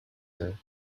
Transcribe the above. her